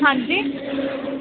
ਹਾਂਜੀ